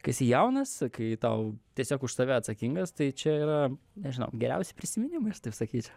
kai esi jaunas kai tau tiesiog už save atsakingas tai čia yra nežinau geriausi prisiminimai aš taip sakyčiau